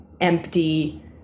empty-